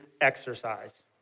exercise